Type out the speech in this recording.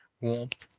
warmth,